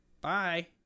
Bye